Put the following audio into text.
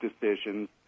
decisions